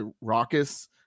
raucous